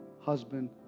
husband